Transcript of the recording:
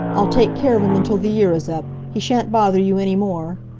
i'll take care of him until the year is up. he shan't bother you any more.